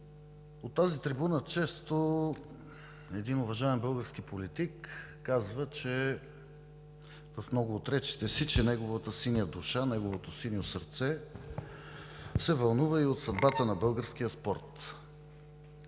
от тази трибуна често един уважаван български политик казва в много от речите си, че неговата синя душа, неговото синьо сърце се вълнува и от съдбата на българския спорт.